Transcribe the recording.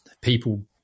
people